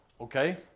Okay